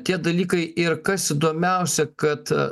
tie dalykai ir kas įdomiausia kad